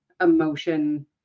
emotion